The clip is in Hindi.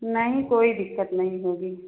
नही कोई दिक्कत नहीं होगी